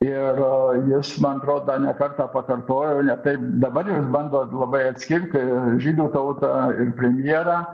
ir jis man atrodo ne kartą pakartojo ne taip dabar jau jis išbando labai atskirti žydų tautą ir premjerą